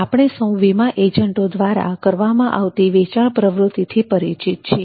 આપણે સૌ વીમા એજન્ટો દ્વારા કરવામાં આવતી વેચાણ પ્રવૃતિથી પરિચિત છીએ